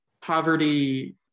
poverty